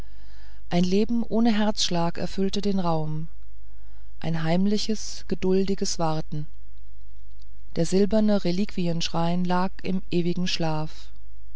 ein leben ohne herzschlag erfüllte den raum ein heimliches geduldiges warten die silbernen reliquienschreine lagen im ewigen schlaf